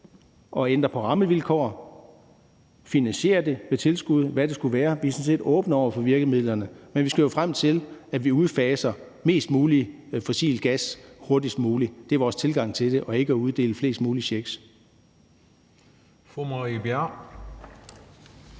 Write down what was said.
og ændre på rammevilkår og finansiere det med tilskud, eller hvad det skulle være. Vi er sådan set åbne over for virkemidlerne, men vi skal jo frem til, at vi udfaser mest mulig fossil gas hurtigst muligt. Det er vores tilgang til det og ikke at uddele flest mulige checks.